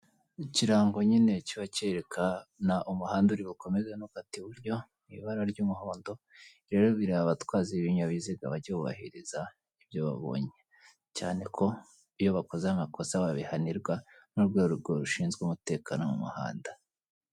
Ikirango nyine kiba cyeyereka na umuhanda uri bukomeze n'ukata i buryo mu ibara ry'umuhondo, rero bireba abatwazi b'ibinyabiziga bajye bubahiriza ibyo babonye, cyane ko iyo bakoze amakosa babihanirwa n'urwego rushinzwe umutekano mu muhanda.